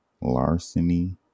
larceny